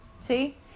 See